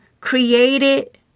created